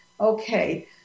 Okay